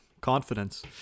confidence